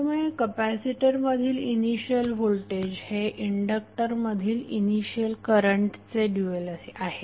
त्यामुळे कपॅसिटरमधील initial voltage हे इंडक्टरमधील इनिशियल करंटचे ड्यूएल आहे